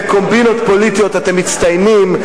בקומבינות פוליטיות אתם מצטיינים.